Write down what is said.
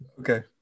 Okay